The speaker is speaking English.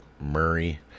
Murray